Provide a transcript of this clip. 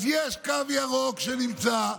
אז יש קו ירוק שנמצא,